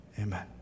amen